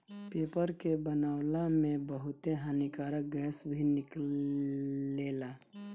paper के बनावला में बहुते हानिकारक गैस भी निकलेला